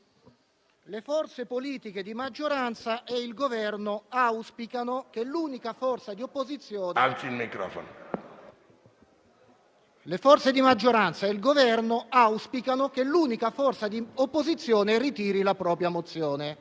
le forze politiche di maggioranza e il Governo auspicano che l'unica forza di opposizione ritiri la propria mozione,